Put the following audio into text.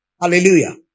Hallelujah